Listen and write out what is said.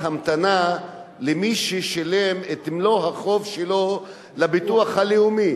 המתנה למי ששילם את מלוא החוב שלו לביטוח הלאומי.